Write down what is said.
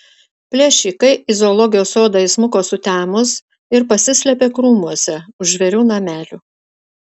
plėšikai į zoologijos sodą įsmuko sutemus ir pasislėpė krūmuose už žvėrių namelių